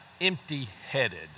empty-headed